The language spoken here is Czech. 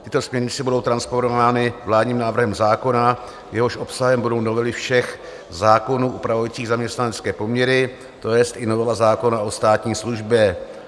Tyto směrnice budou transponovány vládním návrhem zákona, jehož obsahem budou novely všech zákonů upravujících zaměstnanecké poměry, to jest i novela zákona o státní službě.